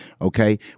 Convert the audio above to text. Okay